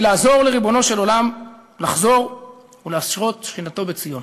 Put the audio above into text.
לעזור לריבונו של עולם לחזור ולהשרות שכינתו בציון.